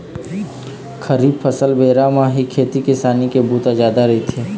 खरीफ फसल बेरा म ही खेती किसानी के बूता जादा रहिथे